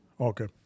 Okay